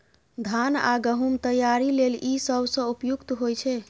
धान आ गहूम तैयारी लेल ई सबसं उपयुक्त होइ छै